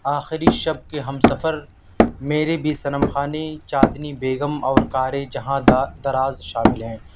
آخری شب کے ہم سفر میرے بھی صنم خانے چاندنی بیگم اور کارجہاں دراز شامل ہیں